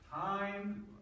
time